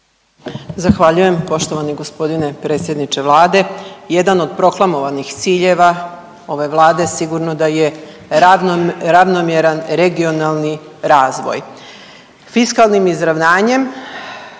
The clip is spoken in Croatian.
Zahvaljujem poštovani gospodine predsjedniče Vlade. Jedan od proklamovanih ciljeva ove Vlade sigurno da je ravnomjeran regionalni razvoj. Fiskalnim izravnanjem